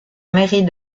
mairie